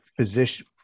physician